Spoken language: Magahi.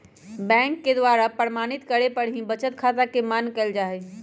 बैंक के द्वारा प्रमाणित करे पर ही बचत खाता के मान्य कईल जाहई